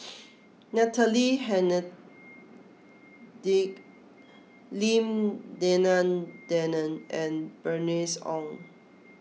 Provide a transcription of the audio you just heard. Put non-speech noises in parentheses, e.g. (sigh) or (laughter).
(noise) Natalie Hennedige Lim Denan Denon and Bernice Ong